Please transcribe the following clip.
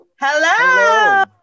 hello